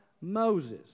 Moses